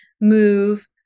move